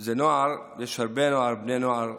זה שיש הרבה בני נוער,